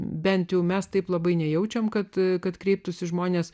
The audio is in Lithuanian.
bent jau mes taip labai nejaučiame kad kad kreiptųsi žmonės